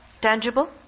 tangible